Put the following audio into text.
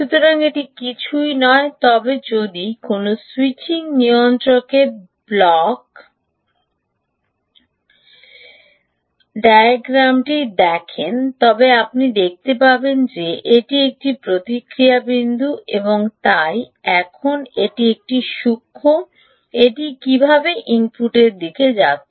সুতরাং এটি কিছুই নয় তবে আপনি যদি কোনও স্যুইচিং নিয়ন্ত্রকের ব্লক ডায়াগ্রামটি দেখেন তবে আপনি দেখতে পাবেন যে এটি একটি প্রতিক্রিয়া বিন্দু এবং তাই এখন এটি একটি সূক্ষ্ম এটি কীভাবে ইনপুট দিকে যাচ্ছে